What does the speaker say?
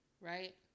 Right